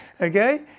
okay